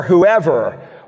Whoever